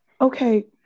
okay